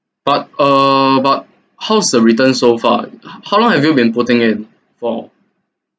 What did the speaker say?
but err but how is the return so far how long have you been putting in for